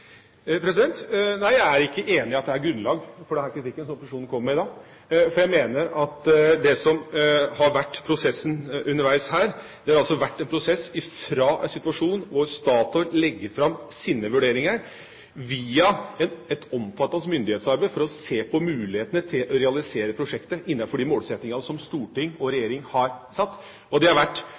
Nei, jeg er ikke enig i at det er grunnlag for den kritikken som opposisjonen kommer med i dag. For jeg mener at det som har vært prosessen underveis her, er en prosess fra en situasjon da Statoil la fram sine vurderinger via et omfattende myndighetsarbeid for å se på mulighetene til å realisere prosjektet innenfor de målsettinger som storting og regjering har satt. Og det